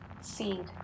seed